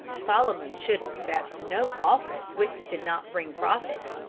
solomon should accept no office which did not bring profit.